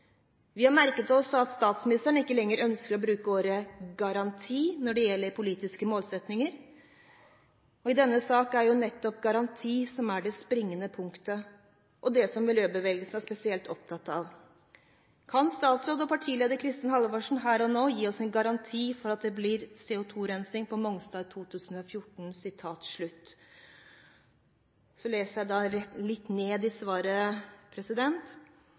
Vi har merket oss at statsministeren ikke lenger ønsker å bruke ordet «garanti» når det gjelder politiske målsettinger. I denne saken er det jo nettopp garanti som er det springende punktet, og det som miljøbevegelsen er spesielt opptatt av. Kan statsråd og partileder Kristin Halvorsen her og nå gi oss en garanti for at det blir CO2-rensing på Mongstad i 2014?» Så leser jeg litt ned i svaret: